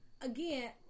again